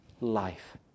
life